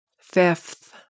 Fifth